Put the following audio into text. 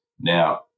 Now